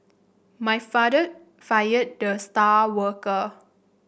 my father fired the star worker